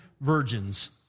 virgins